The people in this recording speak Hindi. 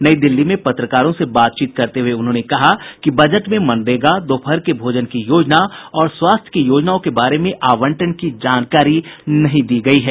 नई दिल्ली में पत्रकारों से बात करते हुए उन्होंने कहा कि बजट में मनरेगा दोपहर के भोजन की योजना और स्वास्थ्य की योजनाओं के बारे में आवंटन की जानकारी नहीं दी गई है